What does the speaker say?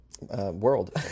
world